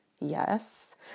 yes